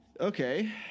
Okay